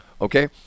Okay